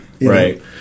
right